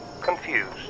Confused